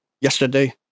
Yesterday